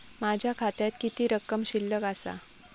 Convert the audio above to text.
माझ्या खात्यात किती रक्कम शिल्लक आसा?